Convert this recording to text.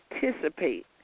participate